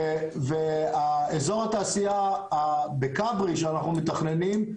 בראש הדברים אני רוצה להגיד שאנחנו מדברים היום,